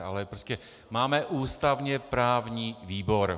Ale prostě máme ústavněprávní výbor.